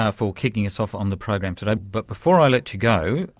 ah for kicking us off on the program today. but before i let you go,